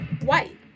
white